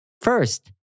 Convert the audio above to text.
First